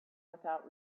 without